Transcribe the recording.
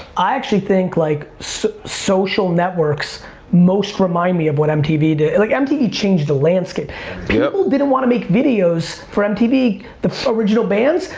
i actually think like so social networks most remind me of what mtv did. like mtv changed the landscape. people didn't want to make videos for mtv, the original bands,